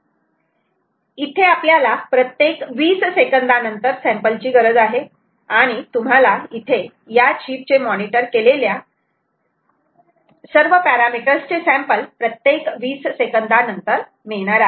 इथे आपल्याला प्रत्येक २० सेकंदा नंतर सॅम्पल्स ची गरज आहे आणि तुम्हाला इथे या चीप ने मॉनिटर केलेल्या सर्व पॅरामीटर्स चे सॅम्पल्स प्रत्येक २० सेकंदा नंतर मिळणार आहेत